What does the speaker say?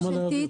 משפט?